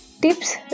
tips